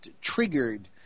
triggered